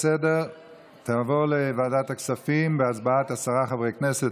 ההצעה לסדר-היום תעבור לוועדת הכספים בהצבעת עשרה חברי כנסת,